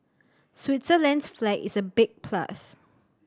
Switzerland's flag is a big plus